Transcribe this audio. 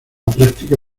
práctica